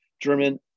German